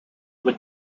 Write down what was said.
would